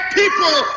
people